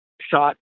shot